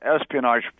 espionage